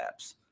apps